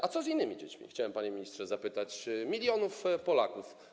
A co z innymi dziećmi - chciałbym, panie ministrze, zapytać - milionów Polaków?